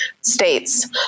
states